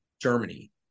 Germany